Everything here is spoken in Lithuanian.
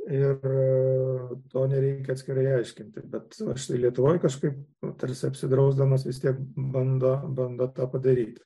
ir to nereikia atskirai aiškinti bet lietuvoj kažkaip tarsi apsidrausdamas vis tiek bando bando tą padaryt